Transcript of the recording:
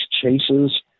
chases